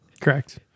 Correct